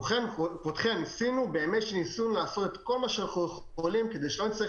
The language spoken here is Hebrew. באמת ניסינו לעשות כל מה שאנחנו יכולים כדי שלא נצטרך